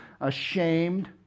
ashamed